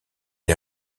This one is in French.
est